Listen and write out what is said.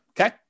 Okay